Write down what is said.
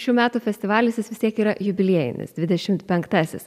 šių metų festivalis jis vis tiek yra jubiliejinis dvidešimt penktasis